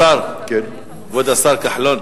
כבוד השר כחלון,